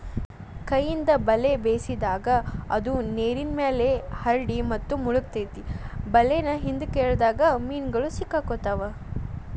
ಕೈಯಿಂದ ಬಲೆ ಬೇಸಿದಾಗ, ಅದು ನೇರಿನ್ಮ್ಯಾಲೆ ಹರಡಿ ಮತ್ತು ಮುಳಗತೆತಿ ಬಲೇನ ಹಿಂದ್ಕ ಎಳದಾಗ ಮೇನುಗಳು ಸಿಕ್ಕಾಕೊತಾವ